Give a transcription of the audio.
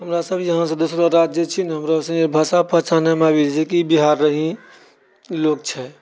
हमरा सभ यहाँसँ दोसरो राज्य जाइत छी नहि हमरो भाषासँ पहचानमे आबि जाइतछै कि बिहार रऽ ही ई लोग छै